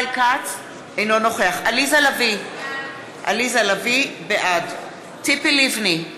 אינו נוכח עליזה לביא, בעד ציפי לבני,